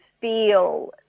feel